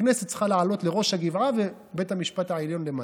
הכנסת צריכה לעלות לראש הגבעה ובית המשפט העליון למטה.